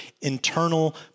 internal